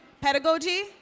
pedagogy